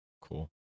cool